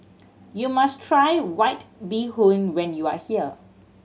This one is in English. you must try White Bee Hoon when you are here